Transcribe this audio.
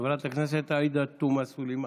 חברת הכנסת עאידה תומא סלימאן.